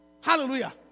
Hallelujah